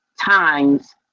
times